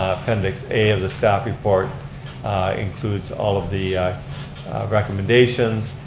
appendix a of the staff report includes all of the recommendations,